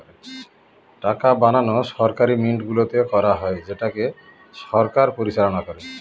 টাকা বানানো সরকারি মিন্টগুলোতে করা হয় যেটাকে সরকার পরিচালনা করে